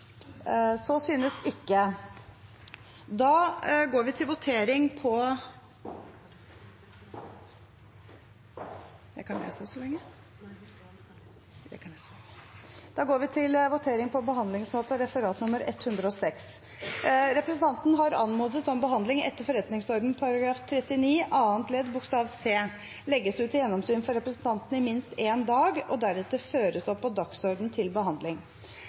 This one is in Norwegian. til behandlingsmåten? Så synes ikke. Representanten Fagerås har anmodet om behandling etter Stortingets forretningsordens § 39 annet ledd bokstav c: «legges ut til gjennomsyn for representantene i minst én dag og deretter føres opp på dagsordenen til behandling».